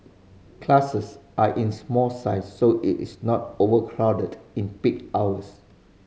classes are in small size so it is not overcrowded in peak hours